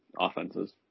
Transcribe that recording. offenses